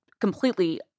completely